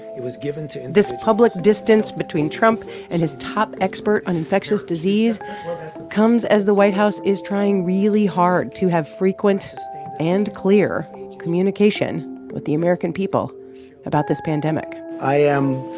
it was given to. this public distance between trump and his top expert on infectious disease comes as the white house is trying really hard to have frequent and clear communication with the american people about this pandemic i am